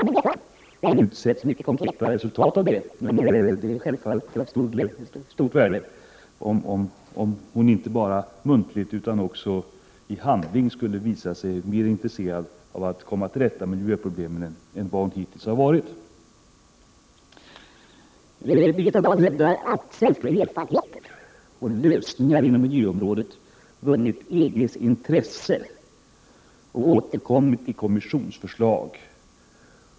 Vi har ännu inte sett några konkreta resultat av det, men det är självfallet av stort värde om hon inte bara muntligt utan också i handling skulle visa sig mer intresserad av att komma till rätta med miljöproblemen än hon hittills varit. Birgitta Dahl hävdar att svenska erfarenheter och lösningar inom miljöområdet vunnit EG:s intresse och återkommit i kommissionsförslag.